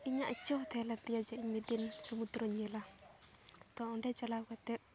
ᱤᱧᱟᱹᱜ ᱤᱪᱪᱷᱟᱹ ᱦᱚᱸ ᱛᱟᱦᱮᱸ ᱞᱮᱱ ᱛᱤᱧᱟᱹ ᱡᱮ ᱢᱤᱫ ᱫᱤᱱ ᱥᱚᱢᱩᱫᱨᱚᱧ ᱧᱮᱞᱟ ᱛᱚ ᱚᱸᱰᱮ ᱪᱟᱞᱟᱣ ᱠᱟᱛᱮᱫ